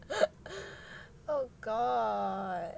oh god